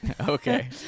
Okay